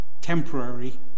temporary